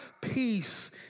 peace